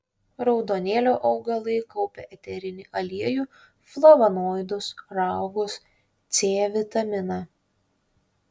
raudonėlio augalai kaupia eterinį aliejų flavonoidus raugus c vitaminą